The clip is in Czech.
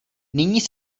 nyní